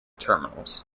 terminals